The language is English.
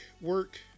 work